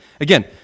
Again